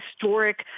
historic